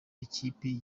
ikipe